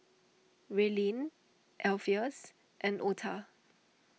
Raelynn Alpheus and Otha